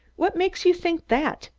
what makes you think that?